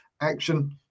action